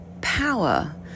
power